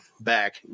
back